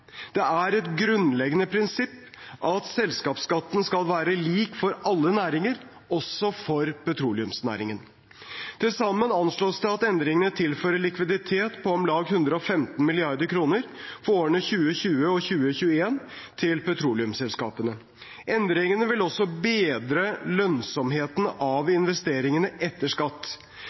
Det er et grunnleggende prinsipp at selskapsskatten skal være lik for alle næringer, også for petroleumsnæringen. Til sammen anslås det at endringene tilfører likviditet til petroleumsselskapene på om lag 115 mrd. kr for årene 2020 og 2021. Endringene vil også bedre lønnsomheten av investeringene etter skatt.